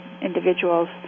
individuals